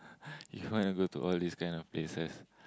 you want to go to all these kind of places